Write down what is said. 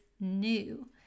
new